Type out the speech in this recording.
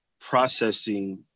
processing